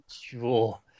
Sure